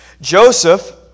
Joseph